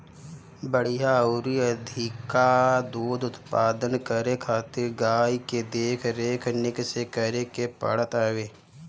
बढ़िया अउरी अधिका दूध उत्पादन करे खातिर गाई के देख रेख निक से करे के पड़त हवे